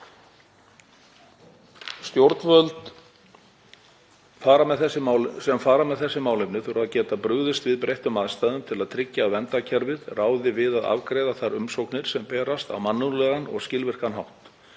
Stjórnvöld sem fara með þessi málefni þurfa að geta brugðist við breyttum aðstæðum til að tryggja að verndarkerfið ráði við að afgreiða þær umsóknir sem berast á mannúðlegan og skilvirkan hátt,